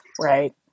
right